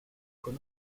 con